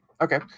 Okay